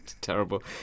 Terrible